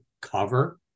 cover